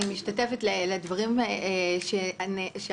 אני מצטרפת לדברים שאמרת,